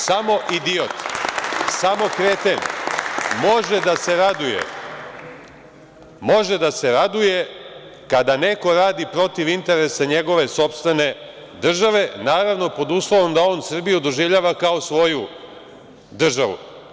Samo idiot, samo kreten, može da se raduje, može da se raduje, kada neko radi protiv interesa njegove sopstvene države, naravno, pod uslovom da on Srbiju doživljava kao svoju državu.